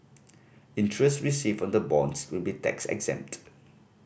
interest received on the bonds will be tax exempt